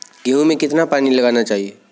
गेहूँ में कितना पानी लगाना चाहिए?